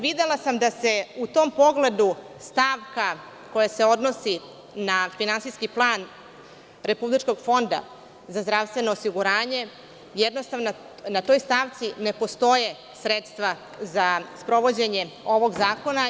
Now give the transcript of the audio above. Videla sam da se u tom pogledu stavka koja se odnosi na finansijski plan Republičkog fonda za zdravstveno osiguranje jednostavno na toj stavci ne postoje sredstva za sprovođenje ovog zakona.